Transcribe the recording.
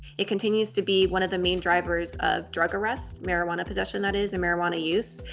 it continues to be one of the main drivers of drug arrest marijuana possession, that is, and marijuana use.